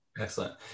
Excellent